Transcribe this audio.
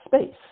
space